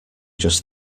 just